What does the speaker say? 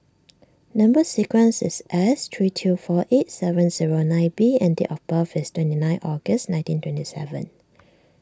Number Sequence is S three two four eight seven zero nine B and date of birth is twenty nine August nineteen twenty seven